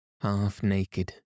Half-naked